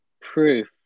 proof